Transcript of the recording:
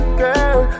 girl